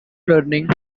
learning